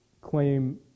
claim